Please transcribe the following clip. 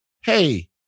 hey